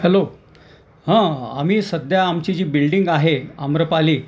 hello हं आम्ही सध्या आमची जी बिल्डिंग आहे आम्रपाली